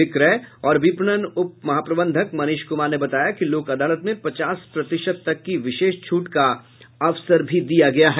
विक्रय और विपणन उप महाप्रबंधक मनीष कुमार ने बताया कि लोक अदालत में पचास प्रतिशत तक की विशेष छूट का अवसर दिया गया है